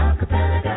Acapella